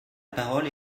parole